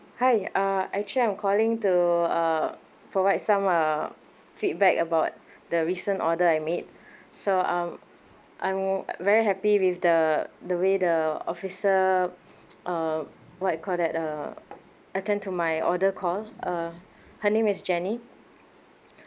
hi uh actually I'm calling to uh provide some uh feedback about the recent order I made so I'm I'm very happy with the the way the officer uh what you call that uh attend to my order call uh her name is jenny